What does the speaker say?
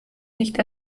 nicht